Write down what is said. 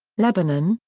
lebanon,